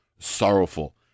sorrowful